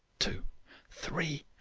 two three,